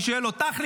ואני שואל אותך,